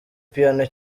piano